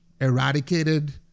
eradicated